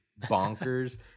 bonkers